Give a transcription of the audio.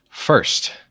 First